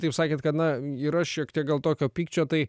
taip sakėt kad na yra šiek tiek gal tokio pykčio tai